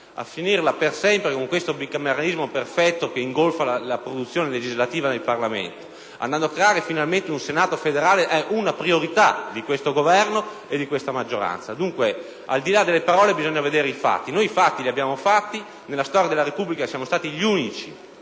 a finirla per sempre con questo bicameralismo perfetto che ingolfa la produzione legislativa in Parlamento e a creare finalmente un Senato federale, sono una priorità di questo Governo e di questa maggioranza. Dunque, al di là delle parole bisogna vedere i fatti, e noi li abbiamo realizzati. Siamo stati gli unici